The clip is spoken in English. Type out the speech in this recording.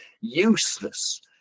useless